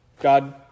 God